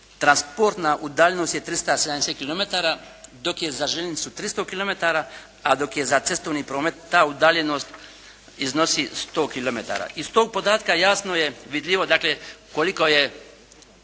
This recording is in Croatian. transportna udaljenost je 370 kilometara dok je za željeznicu 300 kilometara a dok je za cestovni promet ta udaljenost iznosi 100 kilometara. Iz tog podatka jasno je vidljivo dakle,